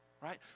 right